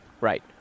Right